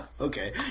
Okay